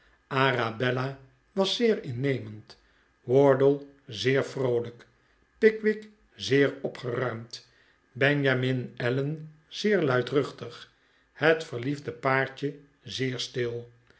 arabella was zeer innemend wardle zeer vroolijk pickwick zeer opgeruimd benjamin allen zeer luidruchtig het verliefde paartje zeer stil